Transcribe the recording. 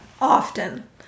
often